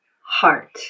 heart